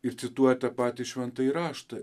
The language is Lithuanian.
ir cituoja tą patį šventąjį raštą